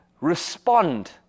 respond